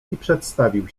przedstawił